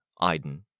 Iden